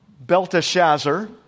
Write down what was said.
Belteshazzar